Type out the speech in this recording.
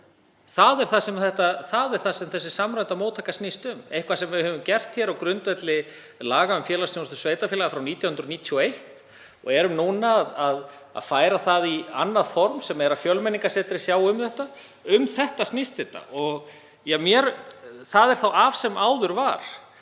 Það er það sem þessi samræmda móttaka snýst um, nokkuð sem við höfum gert á grundvelli laga um félagsþjónustu sveitarfélaga frá 1991 og erum núna að færa það í annað form sem er að Fjölmenningarsetrið sjá um þetta. Um þetta snýst þetta. Það er af sem áður var